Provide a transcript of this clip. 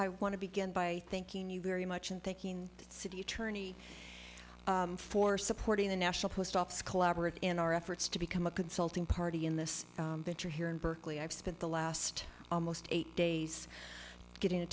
i want to begin by thanking you very much in thanking the city attorney for supporting the national post office collaborate in our efforts to become a consulting party in this venture here in berkeley i've spent the last almost eight days getting a